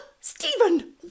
Stephen